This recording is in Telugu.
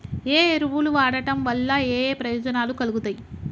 ఏ ఎరువులు వాడటం వల్ల ఏయే ప్రయోజనాలు కలుగుతయి?